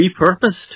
repurposed